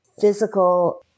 physical